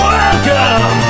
Welcome